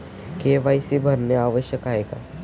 KYC भरणे आवश्यक आहे का?